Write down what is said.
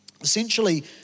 Essentially